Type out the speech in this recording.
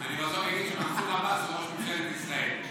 אני בסוף אגיד שמנסור עבאס הוא ראש ממשלת ישראל.